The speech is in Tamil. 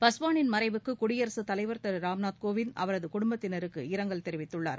பஸ்வாளின் மறைவுக்கு குடியரகத் தலைவர் திருராம்நாத் கோவிந்த் அவரது குடும்பத்தினருக்கு இரங்கல் தெரிவித்துள்ளார்